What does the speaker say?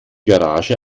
garage